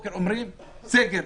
בבוקר אומרים: סגר.